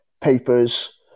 papers